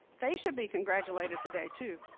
they should be congratulated today, too.